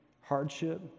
hardship